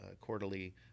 quarterly